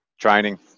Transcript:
training